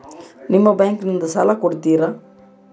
ನಿಮ್ಮ ಬ್ಯಾಂಕಿನಿಂದ ಸಾಲ ಕೊಡ್ತೇರಾ?